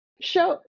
Show